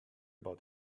about